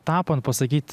tapant pasakyt